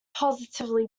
positively